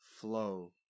flow